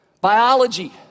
Biology